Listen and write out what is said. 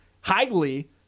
highly